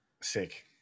Sick